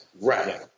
right